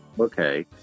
okay